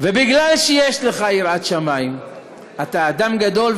ובגלל שיש לך יראת שמים אתה אדם גדול,